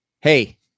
hey